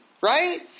right